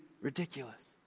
ridiculous